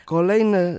Kolejne